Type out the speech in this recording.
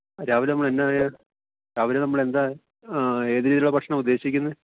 രാവിലെ നമ്മൾ എന്നാ ചെയ്യുക രാവിലെ നമ്മൾ എന്താണ് ഏത് രീതിയിലുള്ള ഭക്ഷണമാണ് ഉദ്ദേശിക്കുന്നത്